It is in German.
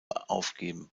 aufgeben